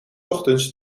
ochtends